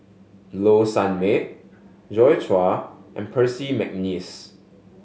Low Sanmay Joi Chua and Percy McNeice